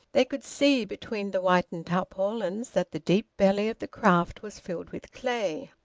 they could see, between the whitened tarpaulins, that the deep belly of the craft was filled with clay.